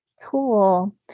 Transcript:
Cool